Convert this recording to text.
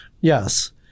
Yes